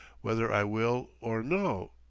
whether i will or no!